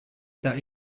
that